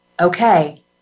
okay